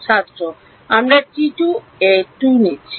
ছাত্র আমরা T 2 A 2 নিচ্ছি